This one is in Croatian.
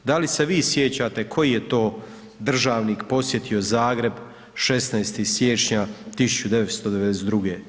Da li se vi sjećate koji je to državnik posjetio Zagreb 16. siječnja 1992.